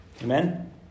Amen